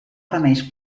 remeis